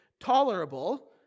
tolerable